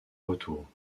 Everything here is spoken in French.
retour